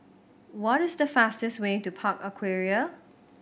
what is the fastest way to Park Aquaria